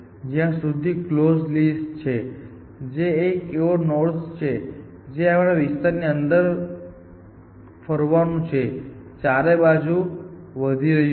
જ્યાં સુધી close list જે એવા નોડસ છે જેણે આ વિસ્તાર ની અંદર ફરવાનું છે તે ચારે બાજુથી વધી રહ્યું છે